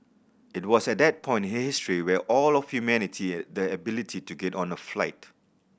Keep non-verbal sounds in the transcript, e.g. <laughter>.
it was at that point <unintelligible> history where all of humanity the ability to get on a flight